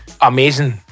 amazing